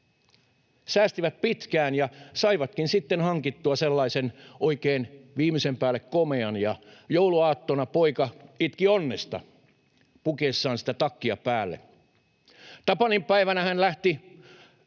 säästivät pitkään ja saivatkin sitten hankittua sellaisen oikein viimeisen päälle komean, ja jouluaattona poika itki onnesta pukiessaan sitä takkia päälle. Tapaninpäivänä hän lähti